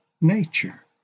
nature